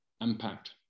impact